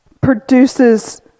produces